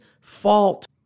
fault